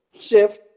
shift